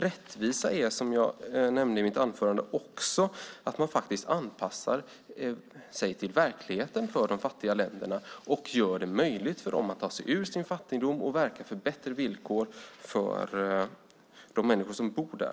Rättvisa är, som jag nämnde i mitt anförande, också att man anpassar sig till verkligheten för de fattiga länderna och gör det möjligt för dem att ta sig ur sin fattigdom och verka för bättre villkor för de människor som bor där.